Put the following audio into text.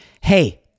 Hey